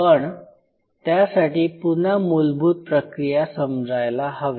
पण त्यासाठी पुन्हा मूलभूत प्रक्रिया समजायला हव्या